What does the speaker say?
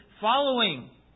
following